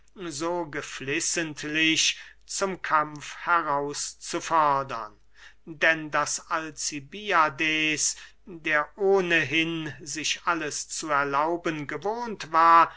so geflissentlich zum kampf heraus zu fordern denn daß alcibiades der ohnehin sich alles zu erlauben gewohnt war